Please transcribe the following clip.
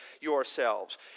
yourselves